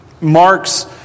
Mark's